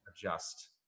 adjust